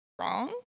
wrong